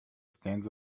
stands